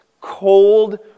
cold